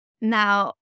Now